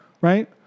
right